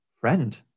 friend